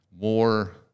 more